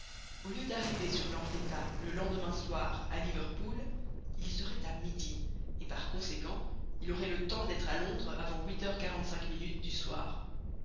au lieu d'arriver sur l'henrietta le lendemain soir à liverpool il y serait à midi et par conséquent il aurait le temps d'être à londres avant huit heures quarante-cinq minutes du soir